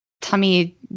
tummy